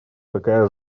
такая